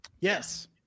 yes